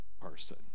person